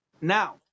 Now